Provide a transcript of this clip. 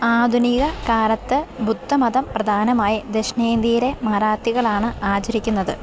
ആധുനിക കാലത്ത് ബുദ്ധമതം പ്രധാനമായി ദക്ഷിണേന്ത്യയിലെ മറാത്തികൾ ആണ് ആചരിക്കുന്നത്